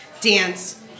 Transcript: dance